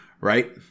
Right